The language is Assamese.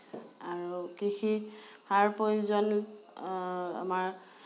আৰু কৃষি সাৰ প্ৰয়োজন আমাৰ